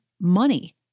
money